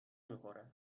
میخوره